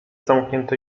zamknięte